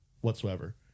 whatsoever